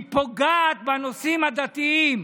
היא פוגעת בנושאים הדתיים.